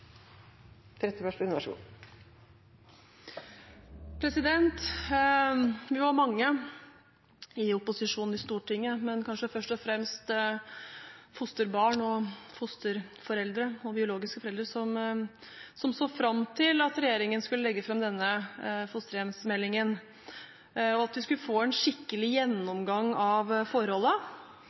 som så fram til at regjeringen skulle legge fram denne fosterhjemsmeldingen, og at vi skulle få en skikkelig gjennomgang av